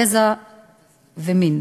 גזע ומין